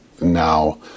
now